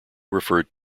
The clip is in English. referred